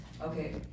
Okay